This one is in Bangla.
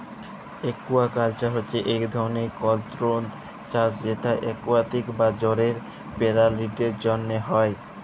একুয়াকাল্চার হছে ইক ধরলের কল্ট্রোল্ড চাষ যেট একুয়াটিক বা জলের পেরালিদের জ্যনহে ক্যরা হ্যয়